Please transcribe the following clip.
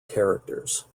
characters